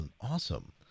Awesome